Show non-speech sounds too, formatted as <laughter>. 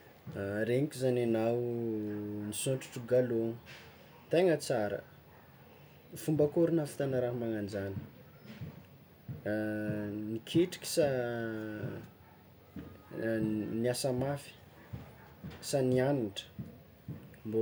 <hesitation> Regniko zany anao nisondrotro galogno, tegna tsara, fomba akory nahavitanao raha magnano zany, <hesitation> niketriky sa <hesitation> niasa mafy sa niagnatra? Mbô